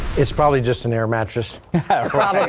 it's probably just an air mattress haha